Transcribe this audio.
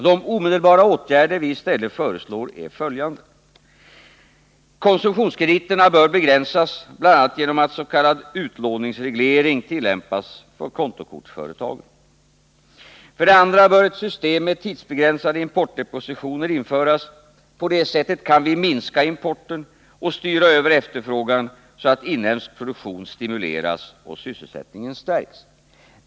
De omedelbara åtgärder vi i stället föreslår är följande: 1) Konsumtionskrediterna bör begränsas, bl.a. genom att ss.k. utlåningsreglering tillämpas för kontokortsföretagen. 2) Ett system med tidsbegränsade importdepositioner bör införas. På det sättet kan importen minskas och efterfrågan styras över så att den inhemska produktionen stimuleras och sysselsättningen stärks.